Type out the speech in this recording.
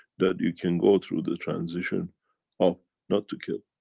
that you can go through the transition of not to kill.